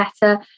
better